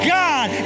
god